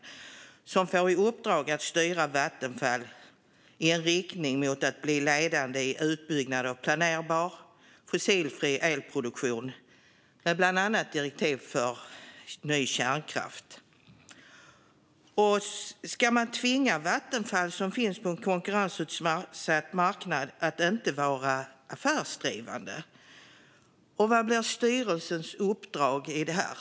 Gruppen ska få i uppdrag att styra Vattenfall i en riktning mot att bli ledande i utbyggnad av planerbar fossilfri elproduktion med bland annat direktiv för ny kärnkraft. Ska man tvinga Vattenfall, som finns på en konkurrensutsatt marknad, att inte vara affärsdrivande? Och vad blir styrelsens uppdrag i detta?